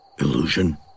Illusion